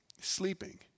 sleeping